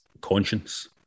Conscience